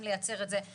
זה מה שהוא אומר.